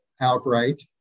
outright